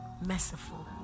Merciful